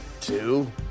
Two